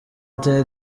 ati